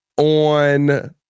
on